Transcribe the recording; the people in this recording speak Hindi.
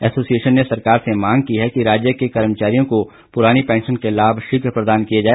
एसोसिएशन ने सरकार से मांग की है कि राज्य के कर्मचारियों को पुरानी पैंशन के लाभ शीघ्र प्रदान किए जाए